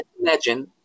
imagine